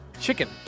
Chicken